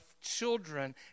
children